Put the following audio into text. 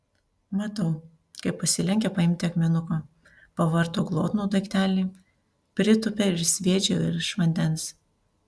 matau kaip pasilenkia paimti akmenuko pavarto glotnų daiktelį pritūpia ir sviedžia virš vandens